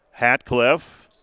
Hatcliffe